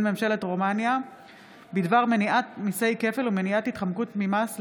ממשלת רומניה בדבר מניעת מיסי כפל ומניעת התחמקות ממס,